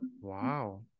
Wow